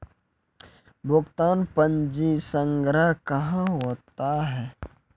भुगतान पंजी संग्रह कहां होता हैं?